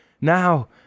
Now